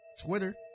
Twitter